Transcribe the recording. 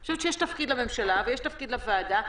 אני חושבת שיש תפקיד לממשלה ויש תפקיד לוועדה.